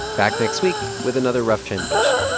back next week with another rough translation